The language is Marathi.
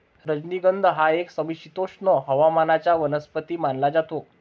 राजनिगंध हा एक समशीतोष्ण हवामानाचा वनस्पती मानला जातो